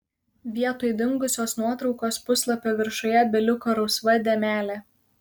vietoj dingusios nuotraukos puslapio viršuje beliko rusva dėmelė